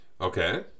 Okay